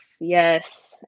yes